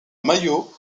maillot